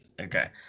Okay